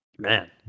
Man